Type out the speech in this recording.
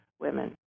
women